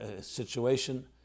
situation